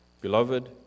Beloved